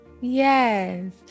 Yes